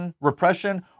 repression